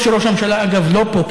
טוב שראש הממשלה לא פה,